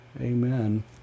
Amen